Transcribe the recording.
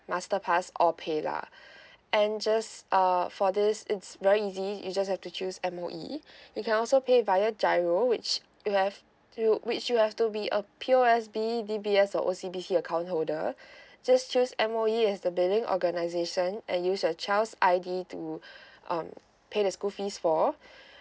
masterpass or paylah and just uh for this it's very easy you just have to choose M_O_E you can also pay via giro which you have you which you have to be a P_O_S_B D_B_S or O_C_B_C account holder just choose M_O_E as the billing organisation and use your child's I_D to um pay the school fees for